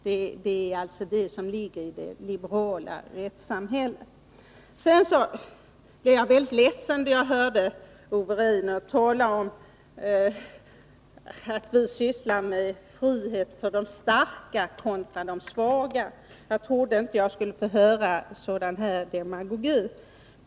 Det är det som ligger i det liberala rättssamhället. Jag blev mycket ledsen då jag hörde Ove Rainer säga att vi moderater strävar efter frihet för de starka, inte de svaga. Jag trodde inte att jag skulle få höra sådan demagogi.